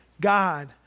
God